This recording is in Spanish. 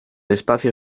espacio